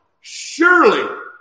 surely